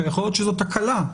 יכול להיות שזאת תקלה.